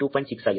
6 ಆಗಿದೆ